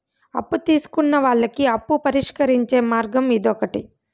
అప్పు తీసుకున్న వాళ్ళకి అప్పు పరిష్కరించే మార్గం ఇదొకటి